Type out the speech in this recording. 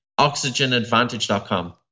oxygenadvantage.com